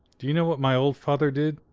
do you know what my old father did?